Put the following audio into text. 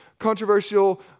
controversial